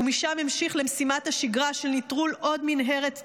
ומשם המשיך למשימת השגרה של נטרול עוד מנהרת טרור.